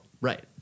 Right